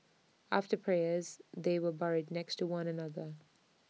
after prayers they were buried next to one another